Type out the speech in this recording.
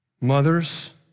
Mothers